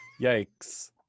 Yikes